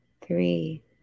three